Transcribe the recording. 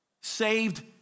Saved